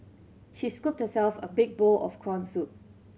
she scooped herself a big bowl of corn soup